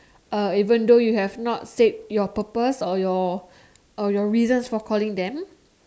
uh even though you have not state your purpose or your reasons for calling them